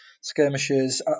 skirmishes